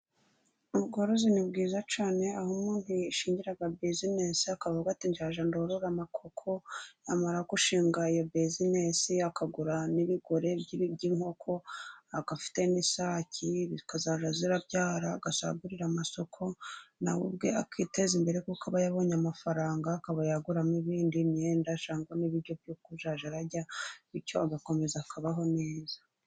Ubworozi ni bwiza cyane aho umuntu yishingira buzinesi akavuga ati nzajya norora inkoko, yamara gushinga iyo buzinesi akagura n'ibigore' by'inkoko, akaba afite n'isake zikajya zibyara agasagurira amasoko, na we ubwe akiteza imbere kuko aba yabonye amafaranga, akaba yaguramo ibindi imyenda cyangwa n'ibiryo byo kujya arya, bityo agakomeza kubaho neza.